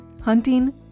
hunting